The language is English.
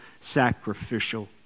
sacrificial